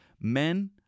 Men